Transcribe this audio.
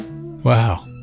wow